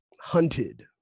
hunted